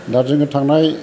दा जोङो थांनाय